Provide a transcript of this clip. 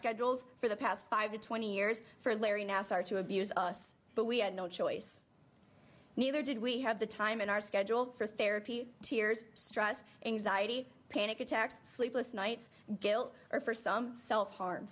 schedules for the past five or twenty years for larry nascar to abuse us but we had no choice neither did we have the time in our schedule for therapy tears stress anxiety panic attacks sleepless nights guilt or for some self harm